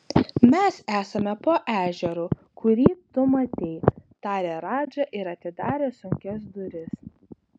mes esame po ežeru kurį tu matei tarė radža ir atidarė sunkias duris